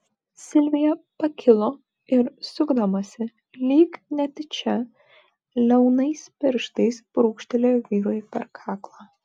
silvija pakilo ir sukdamasi lyg netyčia liaunais pirštais brūkštelėjo vyrui per kaklą